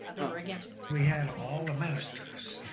they were against it. we had all the masters,